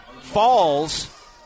falls